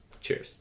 Cheers